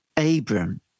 Abram